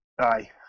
Aye